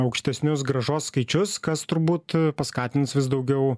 aukštesnius grąžos skaičius kas turbūt paskatins vis daugiau